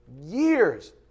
years